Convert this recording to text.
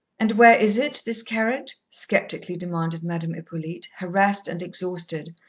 and where is it, this carriage? sceptically demanded madame hippolyte, harassed and exhausted,